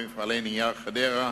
ב"מפעלי נייר חדרה",